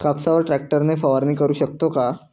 कापसावर ट्रॅक्टर ने फवारणी करु शकतो का?